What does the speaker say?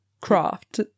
craft